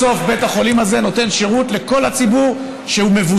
בסוף בית החולים הזה נותן שירות לכל הציבור שמבוטח,